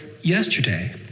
yesterday